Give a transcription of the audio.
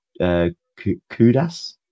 Kudas